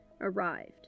arrived